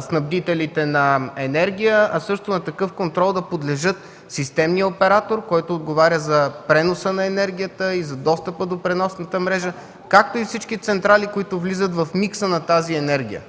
снабдителите на енергия, а също на такъв контрол да подлежат системният оператор, който отговоря за преноса на енергията и за достъпа до преносната мрежа, както и всички централи, които влизат в микса на тази енергия,